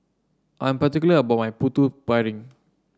I'm particular about my Putu Piring